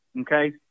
Okay